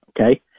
Okay